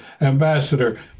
ambassador—